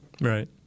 Right